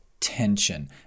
tension